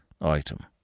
item